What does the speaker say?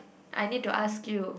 I need to ask you